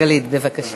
אראל מרגלית, בבקשה.